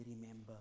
remember